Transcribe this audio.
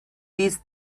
these